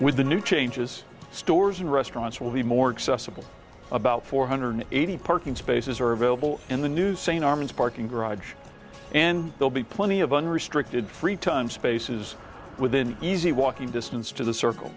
with the new changes stores and restaurants will be more accessible about four hundred eighty parking spaces are available in the new sane arms parking garage and they'll be plenty of unrestricted free time spaces within easy walking distance to the circle